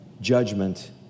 Judgment